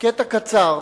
קטע קצר